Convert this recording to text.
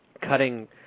cutting